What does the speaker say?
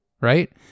Right